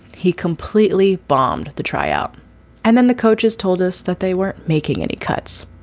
he completely bombed the tryout and then the coaches told us that they weren't making any cuts.